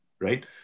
right